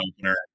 opener